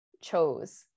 chose